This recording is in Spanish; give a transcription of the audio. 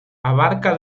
abarca